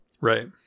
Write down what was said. Right